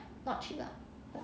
not cheap lah